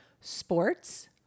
sports